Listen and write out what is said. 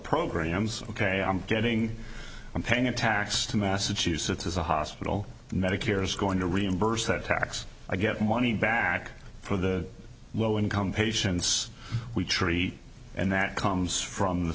programs ok i'm getting i'm paying a tax to massachusetts as a hospital and medicare is going to reimburse that tax i get money back for the low income patients we treat and that comes from the